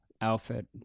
outfit